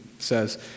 Says